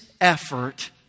effort